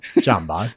Jumbo